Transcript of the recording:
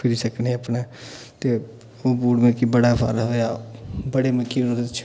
फिरी सकने अपने ते ओह् बूट मिगी बड़ा फायदा होएया बड़े मिकी ओह्दे बिच